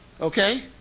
Okay